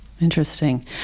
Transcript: Interesting